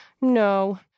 No